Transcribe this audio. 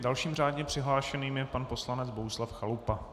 Dalším řádně přihlášeným je pan poslanec Bohuslav Chalupa.